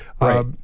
Right